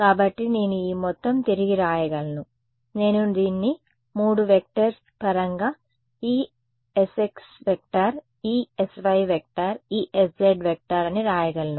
కాబట్టి నేను ఈ మొత్తం తిరిగి వ్రాయగలను నేను దీన్ని 3 వెక్టర్స్ పరంగా Esx Esy Esz అని వ్రాయగలను